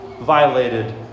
violated